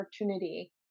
opportunity